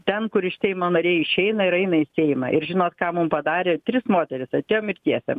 ten kur iš seimo nariai išeina ir eina į seimą ir žinot ką mum padarė trys moterys atėjom ir tiesiam